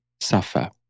suffer